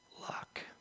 luck